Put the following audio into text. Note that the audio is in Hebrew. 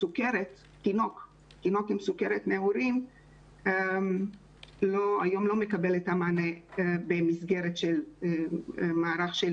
תינוק עם סוכרת נעורים היום לא מקבל את המענה במסגרת מערך של